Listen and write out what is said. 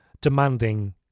demanding